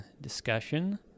discussion